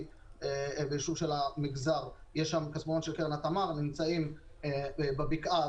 יש כספומט של קרן התמר; יש לנו גם בבקעה,